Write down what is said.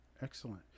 Excellent